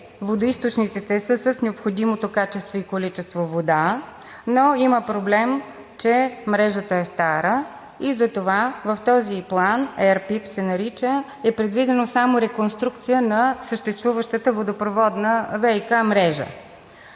водоизточниците са с необходимото качество и количество вода, но има проблем, че мрежата е стара и затова в този план – РПИП се нарича, е предвидено само реконструкция на съществуващата водопроводна ВиК мрежа.